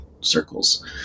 circles